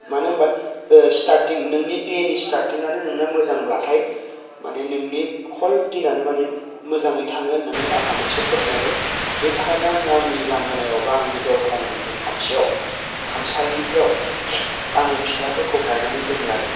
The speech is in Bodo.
मानो होनबा स्टारटिं नोंनि देनि स्टारटिङानो नोंना मोजांब्लाथाय माने नोंनि हल दिनानो माने मोजाङै थाङो होननानै आंहा मोनसे फोथायनाय दं बेनि थाखायनो आङो आंनि लांगोनायावबा आंनि दरखंनि खाथियाव खामसालिफोराव आङो बिबारफोरखौ गायनानै दोनो आरो